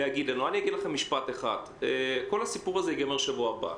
כל הסיפור הזה ייגמר בשבוע הבא.